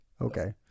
okay